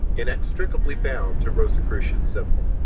inextricably bound to rosicrucian symbol,